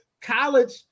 college